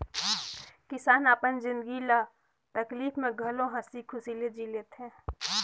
किसान अपन जिनगी ल तकलीप में घलो हंसी खुशी ले जि ले थें